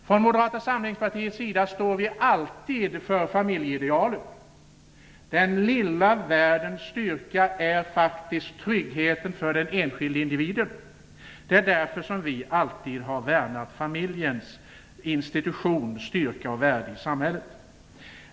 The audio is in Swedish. Från Moderata samlingspartiets sida står vi alltid för familjeidealet. Den lilla världens styrka är faktiskt tryggheten för den enskilde individen. Det är därför vi alltid har hävdat familjens vikt som institution och värnat dess styrka och värde i samhället.